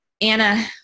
Anna